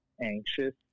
anxious